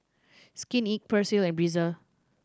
Skin Inc Persil and Breezer